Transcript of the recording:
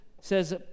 says